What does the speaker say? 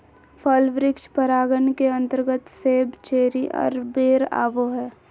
फल वृक्ष परागण के अंतर्गत सेब, चेरी आर बेर आवो हय